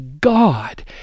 God